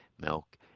milk